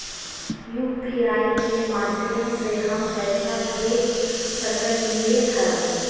UPI के माध्यम से हम पैसा भेज सकलियै ह?